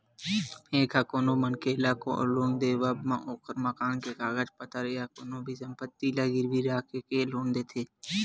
bank ह कोनो मनखे ल लोन के देवब म ओखर मकान के कागज पतर या कोनो भी संपत्ति ल गिरवी रखके लोन देथे